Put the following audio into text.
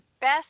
best